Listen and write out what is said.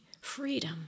freedom